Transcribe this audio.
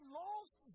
lost